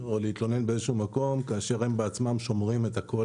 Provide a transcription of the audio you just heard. או להתלונן באיזשהו מקום כאשר הם בעצמם שומרים את הכול